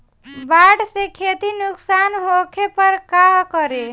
बाढ़ से खेती नुकसान होखे पर का करे?